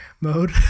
mode